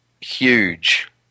huge